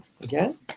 again